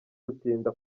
gutinda